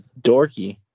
dorky